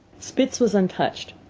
spitz was untouched,